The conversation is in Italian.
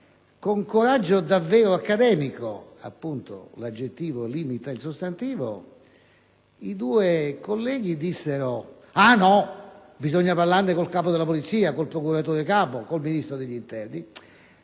Con coraggio davvero accademico - l'aggettivo limita il sostantivo - i due colleghi dissero che bisognava parlarne con il Capo della Polizia, con il procuratore capo, con il Ministro dell'interno.